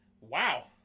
Wow